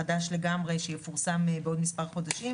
חדש לגמרי שיפורסם בעוד מספר חודשים